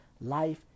life